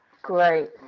Great